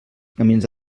camins